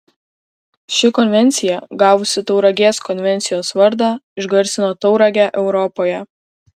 ši konvencija gavusi tauragės konvencijos vardą išgarsino tauragę europoje